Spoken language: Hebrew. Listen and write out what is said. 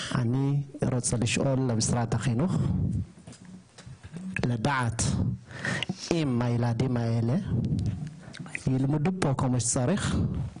אני רוצה לשאול את משרד החינוך לדעת אם הילדים האלה ילמדו פה כמו שצריך,